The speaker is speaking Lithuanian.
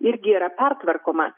irgi yra pertvarkoma